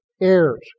heirs